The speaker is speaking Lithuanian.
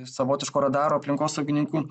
savotiško radaro aplinkosaugininkų